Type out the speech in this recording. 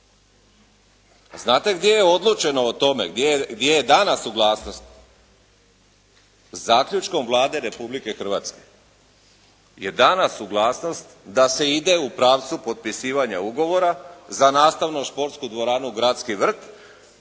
Znate gdje je odlučeno o tome, gdje je danas suglasnost? Zaključkom Vlade Republike Hrvatske je dana suglasnost da se ide u pravcu potpisivanja ugovora za nastavno športsku dvoranu Gradski vrt